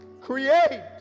create